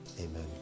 Amen